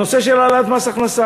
הנושא של העלאת מס הכנסה,